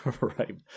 Right